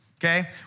okay